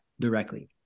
directly